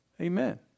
Amen